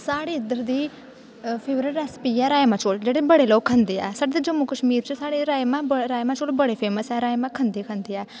साढ़े इद्धर दी फेवरिट रेसिपी ऐ राजमाह् चौल जेह्ड़े बड़े लोक खंदे ऐ ते जम्मू कश्मीर च साढ़े राजमाह् चौल बड़े फेमस ऐ राजमाह् चौल खंदे खंदे ऐ